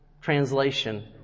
translation